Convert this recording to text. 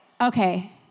okay